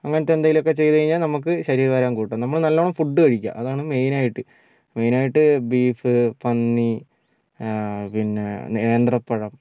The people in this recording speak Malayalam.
അങ്ങനത്തെ എന്തെങ്കിലുമൊക്കെ ചെയ്തു കഴിഞ്ഞാൽ നമ്മൾക്ക് ശരീരഭാരം കൂട്ടാം നമ്മൾ നല്ലവണം ഫുഡ്ഡ് കഴിക്കുക അതാണ് മെയിൻ ആയിട്ട് മെയിൻ ആയിട്ട് ബീഫ് പന്നി പിന്നെ നേന്ത്രപ്പഴം